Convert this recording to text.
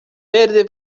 verde